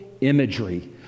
imagery